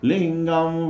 Lingam